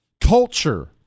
Culture